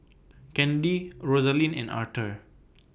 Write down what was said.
Kennedi Rosalind and Arther